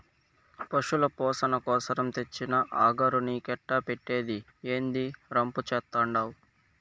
పశుల పోసణ కోసరం తెచ్చిన అగరు నీకెట్టా పెట్టేది, ఏందీ రంపు చేత్తండావు